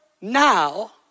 now